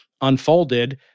unfolded